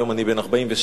היום אני בן 47,